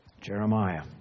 Jeremiah